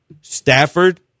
Stafford